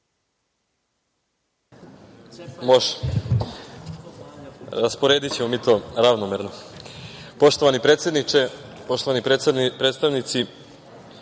Rasporedićemo mi to ravnomerno. Poštovani predsedniče, poštovani predstavnici